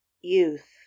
Youth